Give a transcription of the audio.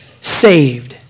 saved